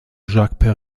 jacques